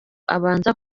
abanza